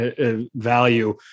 value